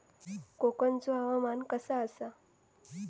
कोकनचो हवामान कसा आसा?